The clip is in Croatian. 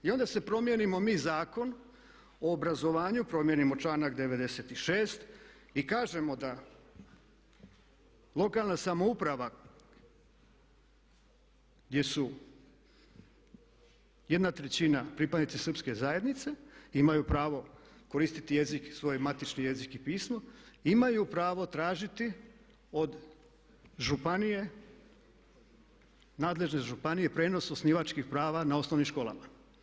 I onda se promijenimo mi Zakon o obrazovanju, promijenimo članak 96. i kažemo da lokalna samouprava gdje su jedna trećina pripadnici srpske zajednice imaju pravo koristiti jezik, svoj matični jezik i pismo, imaju pravo tražiti od županije, nadležne županije prijenos osnivačkih prava na osnovnim školama.